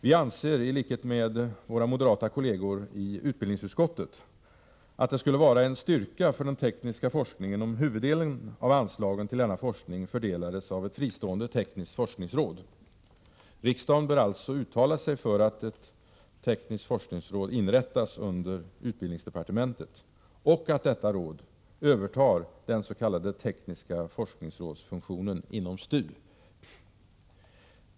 Vi anser, i likhet med våra moderata kolleger i utbildningsutskottet, att det skulle vara en styrka för den tekniska forskningen om huvuddelen av anslagen till denna forskning fördelades av ett fristående tekniskt forskningsråd. Riksdagen bör alltså uttala sig för att ett tekniskt forskningsråd inrättas under utbildningsdepartementet och att detta råd övertar den s.k. tekniska forskningsrådsfunktionen inom STU.